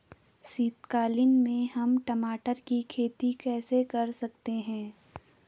शीतकालीन में हम टमाटर की खेती कैसे कर सकते हैं?